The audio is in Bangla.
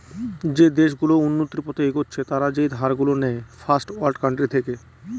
যে দেশ গুলো উন্নতির পথে এগচ্ছে তারা যেই ধার গুলো নেয় ফার্স্ট ওয়ার্ল্ড কান্ট্রি থেকে